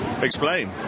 explain